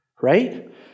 Right